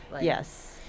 Yes